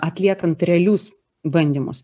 atliekant realius bandymus